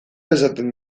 esaten